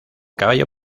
caballo